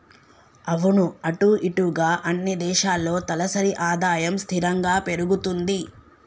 అవును అటు ఇటుగా అన్ని దేశాల్లో తలసరి ఆదాయం స్థిరంగా పెరుగుతుంది